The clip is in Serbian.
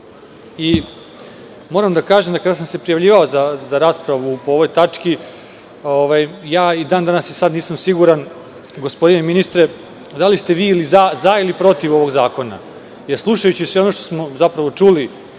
o legalizaciji i na kraju sam se i prijavljivao za raspravu po ovoj tački. Moram da kažem da i sada nisam siguran, gospodine ministre, da li ste vi za ili protiv ovog zakona, jer slušajući sve ono što smo zapravo čuli